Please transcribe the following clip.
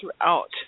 throughout